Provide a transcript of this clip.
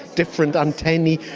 different antennae,